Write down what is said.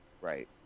Right